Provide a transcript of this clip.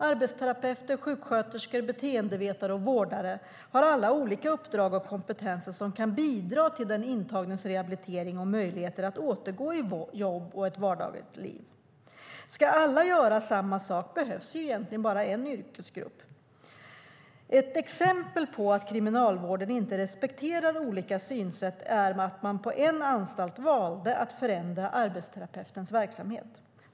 Arbetsterapeuter, sjuksköterskor, beteendevetare och vårdare har alla olika uppdrag och kompetenser som kan bidra till den intagnes rehabilitering och möjligheter att återgå i jobb och ett vardagligt liv. Ska alla göra samma sak behövs egentligen bara en yrkesgrupp. Ett exempel på att Kriminalvården inte respekterar olika synsätt är att man på en anstalt valde att förändra arbetsterapeutens verksamhet.